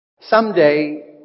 Someday